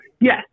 Yes